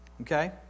okay